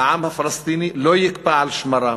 והעם הפלסטיני לא יקפא על שמריו,